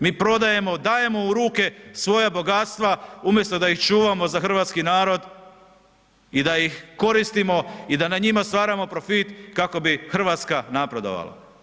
Mi prodajemo, dajemo u ruke svoja bogatstva umjesto da ih čuvamo za hrvatski narod i da ih koristimo i da na njima stvaramo profit kako bi Hrvatska napredovala.